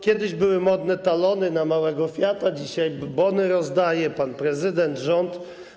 Kiedyś były modne talony na małego fiata, dzisiaj bony rozdaje pan prezydent, rząd.